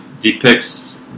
depicts